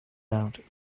out